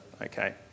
okay